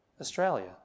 Australia